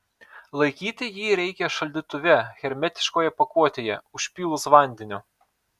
laikyti jį reikia šaldytuve hermetiškoje pakuotėje užpylus vandeniu